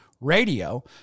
radio